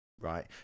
right